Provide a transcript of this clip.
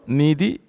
nidi